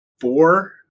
four